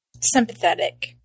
sympathetic